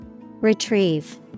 Retrieve